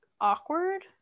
awkward